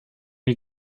die